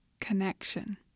connection